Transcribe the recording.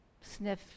sniff